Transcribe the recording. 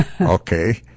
okay